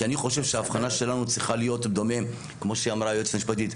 כי אני חושב שההבחנה שלנו צריכה להיות דומה כמו שאמרה היועצת המשפטית,